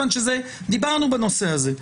דיברנו בנושא הזה.